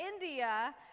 India